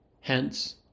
Hence